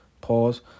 Pause